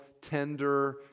tender